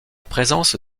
présence